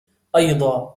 أيضا